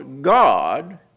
God